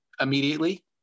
immediately